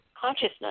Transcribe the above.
consciousness